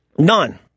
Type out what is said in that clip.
None